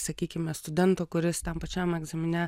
sakykime studento kuris tam pačiam egzamine